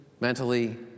mentally